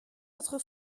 votre